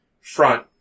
front